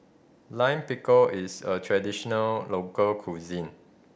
Lime Pickle is a traditional local cuisine